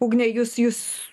ugne jūs jūs